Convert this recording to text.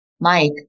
Mike